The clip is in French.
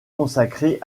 consacrée